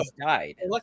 died